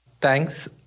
Thanks